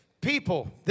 people